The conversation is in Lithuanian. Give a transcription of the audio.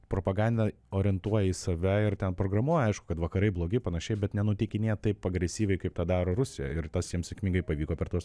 propagandą orientuoja į save ir ten programuoja aišku kad vakarai blogi panašiai bet nenuteikinėja taip agresyviai kaip tą daro rusija ir tas jiems sėkmingai pavyko per tuos